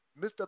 Mr